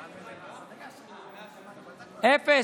אפס.